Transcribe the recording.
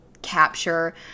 capture